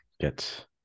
get